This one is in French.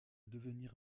devenir